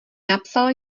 napsal